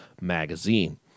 magazine